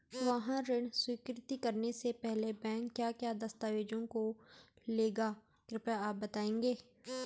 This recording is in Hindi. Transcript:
वाहन ऋण स्वीकृति करने से पहले बैंक क्या क्या दस्तावेज़ों को लेगा कृपया आप बताएँगे?